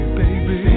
baby